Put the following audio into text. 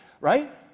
Right